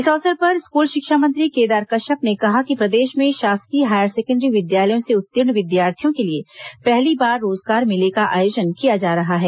इस अवसर पर स्कूल शिक्षा मंत्री केदार कश्यप ने कहा कि प्रदेश में शासकीय हायर सेकेण्डरी विद्यालयों से उत्तीर्ण विद्यार्थियों के लिए पहली बार रोजगार मेले का आयोजन किया जा रहा है